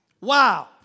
Wow